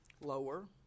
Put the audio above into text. lower